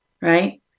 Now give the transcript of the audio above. right